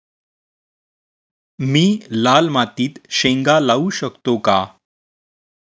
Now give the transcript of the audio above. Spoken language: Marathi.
मी लाल मातीत शेंगा लावू शकतो का?